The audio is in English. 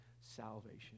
salvation